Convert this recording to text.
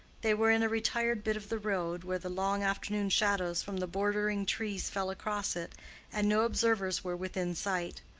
they were in a retired bit of the road, where the long afternoon shadows from the bordering trees fell across it and no observers were within sight.